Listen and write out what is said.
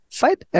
fight